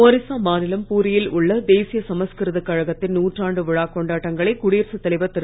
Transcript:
ஒரிசா மாநிலம் பூரியில் உள்ள தேசிய சமஸ்கிருத கழகத்தின் நூற்றாண்டு விழா கொண்டாட்டங்களை குடியரசுத் தலைவர் திரு